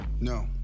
No